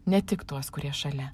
ne tik tuos kurie šalia